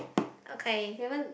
okay